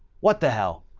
what the hell?